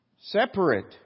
separate